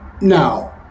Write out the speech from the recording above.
Now